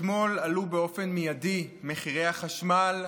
אתמול עלו באופן מיידי מחירי החשמל,